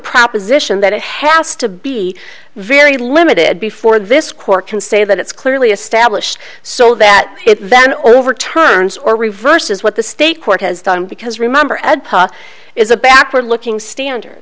proposition that it has to be very limited before this court can say that it's clearly established so that it then overturns or reverses what the state court has done because remember ed is a backward looking standard